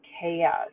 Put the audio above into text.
chaos